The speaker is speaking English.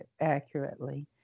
accurately